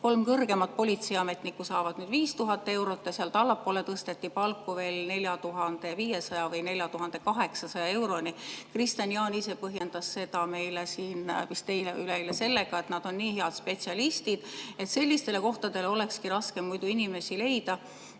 kolm kõrgemat politseiametnikku saavad nüüd 5000 eurot ja sealt allpool tõsteti palku veel 4500 või 4800 euroni. Kristian Jaani ise põhjendas seda meile siin vist eile või üleeile sellega, et nad on nii head spetsialistid, et sellistele kohtadele olekski raske muidu inimesi leida.No